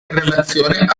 relazione